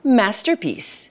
masterpiece